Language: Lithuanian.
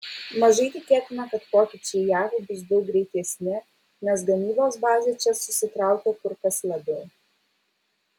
mažai tikėtina kad pokyčiai jav bus daug greitesni nes gamybos bazė čia susitraukė kur kas labiau